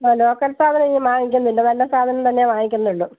ആ ലോക്കൽ സാധനം ഇനി വാങ്ങിക്കുന്നില്ല നല്ല സാധനം തന്നെ വാങ്ങിക്കുന്നുള്ളൂ